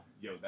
Yo